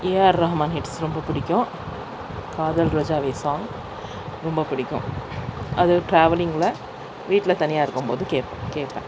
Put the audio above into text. AR Rahman hits ரொம்ப பிடிக்கும் Kadhal Rojave song ரொம்ப பிடிக்கும் அது ட்ராவலிங்கில் வீட்டில் தனியாக இருக்கும்போது கேட்போம் கேட்பேன்